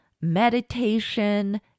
meditation